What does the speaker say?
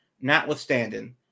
notwithstanding